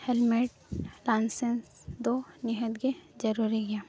helmet licence ᱫᱚ ᱱᱤᱦᱟᱹᱛᱜᱮ ᱡᱟᱨᱩᱨᱤ ᱜᱮᱭᱟ